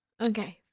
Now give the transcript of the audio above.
Okay